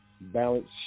balance